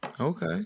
Okay